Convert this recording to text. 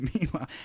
meanwhile